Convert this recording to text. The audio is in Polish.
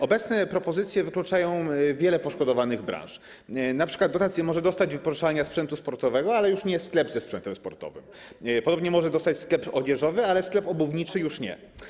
Obecne propozycje wykluczają wiele poszkodowanych branż, np. dotację może dostać wypożyczalnia sprzętu sportowego, ale już nie sklep ze sprzętem sportowym, podobnie może ją dostać sklep odzieżowy, ale sklep obuwniczy już nie.